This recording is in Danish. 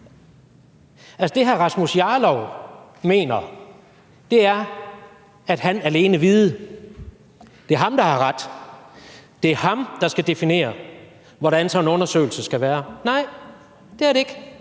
Altså, det, hr. Rasmus Jarlov mener, er, at han alene vide. Det er ham, der har ret; det er ham, der skal definere, hvordan sådan en undersøgelse skal være. Nej, det er det ikke,